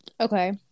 Okay